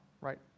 right